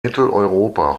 mitteleuropa